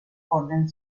orden